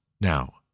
now